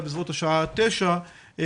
בסביבות השעה 21:00,